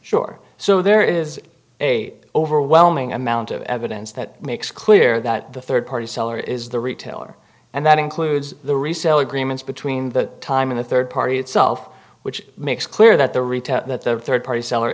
sure so there is a overwhelming amount of evidence that makes clear that the third party seller is the retailer and that includes the resale agreements between the time of the third party itself which makes clear that the retailer the third party s